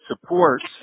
supports